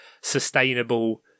sustainable